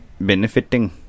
benefiting